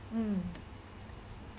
um